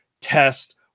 test